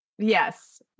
yes